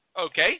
Okay